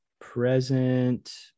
present